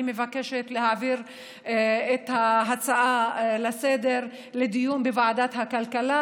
אני מבקשת להעביר את ההצעה לסדר-היום לדיון בוועדת הכלכלה,